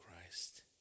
Christ